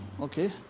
Okay